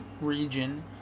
region